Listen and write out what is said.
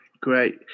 great